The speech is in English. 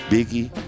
Biggie